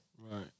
Right